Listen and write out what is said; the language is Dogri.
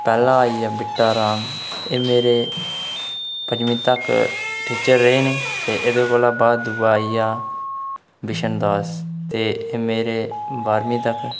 पैह्ला आई गेआ बिट्टा राम एह् मेरे पंंजमी तक टीचर रेह् ने ते एहदे कोला बाद दूआ आई गेआ बिशन दास ते मेरे बाह्रमीं तक